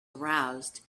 aroused